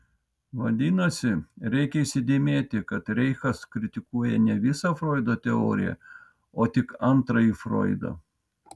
vadinasi reikia įsidėmėti kad reichas kritikuoja ne visą froido teoriją o tik antrąjį froidą